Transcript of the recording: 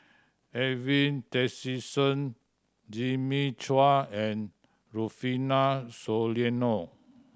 Edwin Tessensohn Jimmy Chua and Rufino Soliano